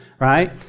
Right